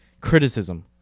Criticism